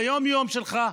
ביום-יום שלך.